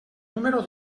número